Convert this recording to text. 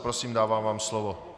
Prosím, dávám vám slovo.